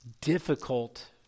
difficult